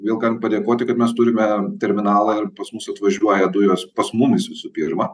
vėl galim padėkoti kad mes turime terminalą ir pas mus atvažiuoja dujos pas mumis visų pirma